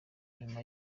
nyuma